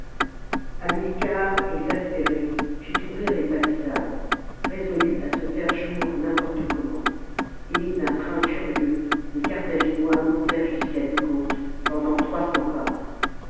hamilcar exaspéré fît ouvrir les palissades résolu à se faire jour n'importe comment et d'un train furieux les carthaginois montèrent jusqu'à mi-côte pendant trois cents pas